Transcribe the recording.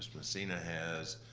messina has,